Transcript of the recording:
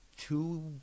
two